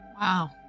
Wow